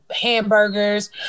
hamburgers